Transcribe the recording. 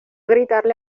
gritarle